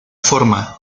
forma